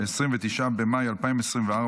29 במאי 2024,